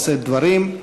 לשאת דברים.